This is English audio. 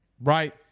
Right